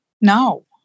No